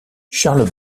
charles